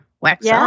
wax